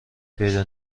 پیدا